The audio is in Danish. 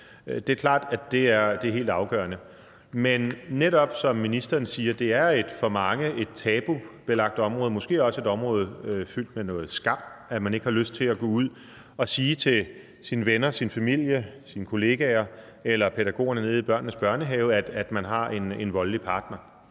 Det er klart, at det er helt afgørende. Men det er, som ministeren siger, netop for mange et tabubelagt område og måske også et område, der er fyldt med noget skam, hvor man ikke har lyst til at gå ud og sige til sine venner, sin familie, sine kollegaer eller til pædagogerne nede i børnenes børnehave, at man har en voldelig partner,